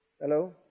Hello